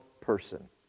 person